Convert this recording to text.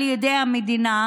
על ידי המדינה,